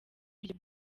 iryo